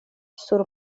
sur